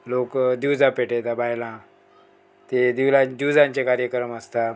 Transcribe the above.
लोक दिवजा पेटयता बायलां तें दिवलां दिवजांचे कार्यक्रम आसता